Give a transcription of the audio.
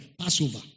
Passover